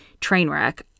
Trainwreck